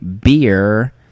beer